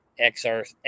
XR